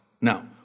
Now